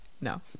No